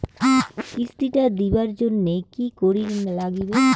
কিস্তি টা দিবার জন্যে কি করির লাগিবে?